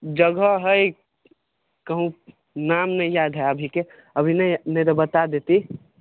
जगह हइ कहुँ नाम नहि याद हइ अभीके अभी नहि नहि बता देती